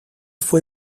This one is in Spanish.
fue